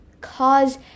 cause